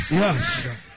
yes